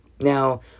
Now